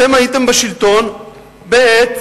אתם הייתם בשלטון בעת